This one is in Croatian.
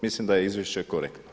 Mislim da je izvješće korektno.